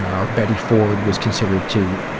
or betty ford was considered to,